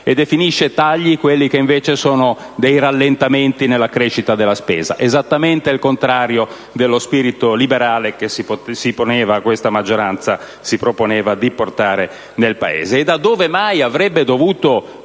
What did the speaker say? e definisce tagli quelli che invece sono rallentamenti nella crescita della spesa: esattamente il contrario dello spirito liberale che l'attuale maggioranza si proponeva di portare nel Paese. E da dove mai sarebbe dovuta